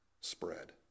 spread